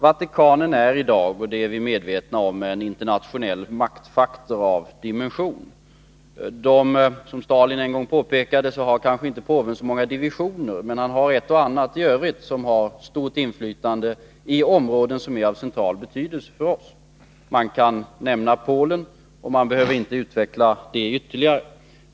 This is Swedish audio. Vatikanen är i dag — det är vi medvetna om — en internationell maktfaktor av stor dimension. Som Stalin en gång påpekade har påven kanske inte så många divisioner, men han har ett och annat i övrigt som har stort inflytande i områden som är av central betydelse för oss. Man kan nämna Polen, och man behöver inte utveckla det ytterligare.